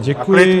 Děkuji.